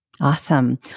Awesome